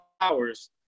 hours